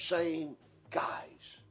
same guys